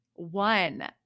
One